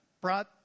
brought